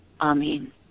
Amen